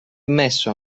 messo